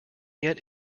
yet